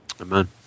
Amen